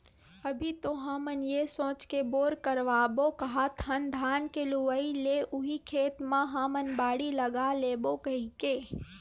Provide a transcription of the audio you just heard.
अभी तो हमन ये सोच के बोर करवाबो काहत हन धान के लुवाय ले उही खेत म हमन बाड़ी लगा लेबो कहिके